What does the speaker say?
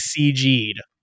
CG'd